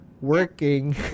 working